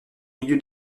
milieu